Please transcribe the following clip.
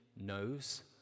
knows